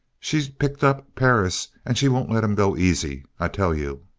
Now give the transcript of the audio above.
she picked up perris. and she won't let him go easy, i tell you!